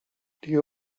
دیگه